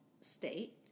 state